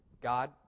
God